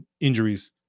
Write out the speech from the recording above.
injuries